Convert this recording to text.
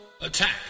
Attack